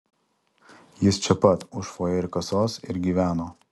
jis čia pat už fojė ir kasos ir gyveno